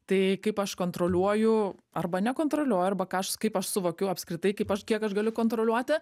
tai kaip aš kontroliuoju arba nekontroliuoju arba ką aš kaip aš suvokiu apskritai kaip aš kiek aš galiu kontroliuoti